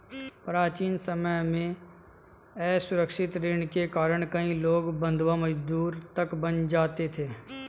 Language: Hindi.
प्राचीन समय में असुरक्षित ऋण के कारण कई लोग बंधवा मजदूर तक बन जाते थे